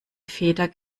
feder